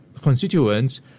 constituents